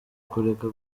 kureka